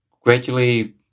gradually